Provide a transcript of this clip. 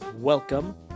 Welcome